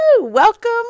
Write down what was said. welcome